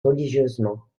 religieusement